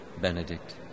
benedict